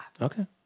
Okay